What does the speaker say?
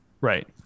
right